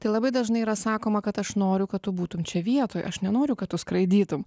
tai labai dažnai yra sakoma kad aš noriu kad tu būtum čia vietoj aš nenoriu kad tu skraidytum